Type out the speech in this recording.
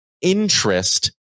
interest